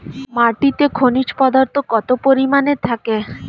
মাটিতে খনিজ পদার্থ কত পরিমাণে থাকে?